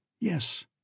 Yes